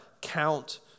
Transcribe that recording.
count